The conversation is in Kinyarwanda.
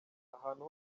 ahantu